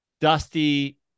Dusty